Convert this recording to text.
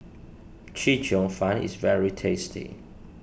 Chee Cheong Fun is very tasty